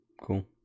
Cool